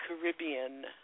Caribbean